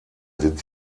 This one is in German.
sind